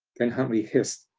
then huntley hissed,